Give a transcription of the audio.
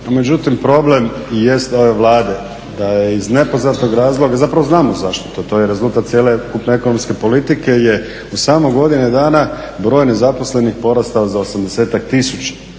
međutim problem jest ove Vlade da je iz nepoznatog razloga, zapravo znamo zašto, to je rezultat cijele ekonomske politike je u samo godinu dana broj nezaposlenih porastao za 80-ak